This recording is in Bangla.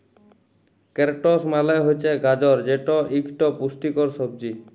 ক্যারটস মালে হছে গাজর যেট ইকট পুষ্টিকর সবজি